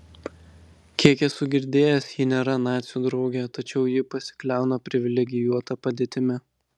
kiek esu girdėjęs ji nėra nacių draugė tačiau ji pasikliauna privilegijuota padėtimi